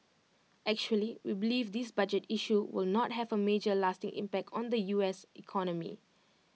actually we believe this budget issue will not have A major lasting impact on the U S economy